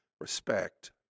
respect